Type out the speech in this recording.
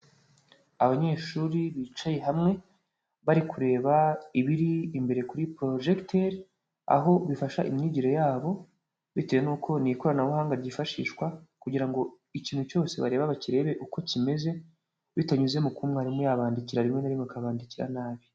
Abanyeshuri bicaye hamwe bari kureba ibiri imbere kuri porojegiteri, aho bifasha imyigire yabo bitewe n'uko ni ikoranabuhanga ryifashishwa kugira ngo ikintu cyose bareba bakirerebe uko kimeze bitanyuze mu kuba umwarimu yabandikira, rimwe na rimwe akabandikira nabi.